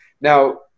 Now